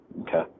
Okay